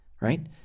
right